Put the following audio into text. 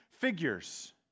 figures